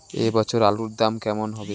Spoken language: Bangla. এ বছর আলুর দাম কেমন হবে?